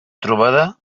trobada